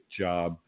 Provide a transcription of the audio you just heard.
job